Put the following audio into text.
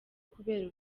kubera